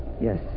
Yes